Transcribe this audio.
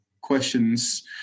questions